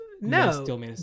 No